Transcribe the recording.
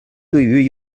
对于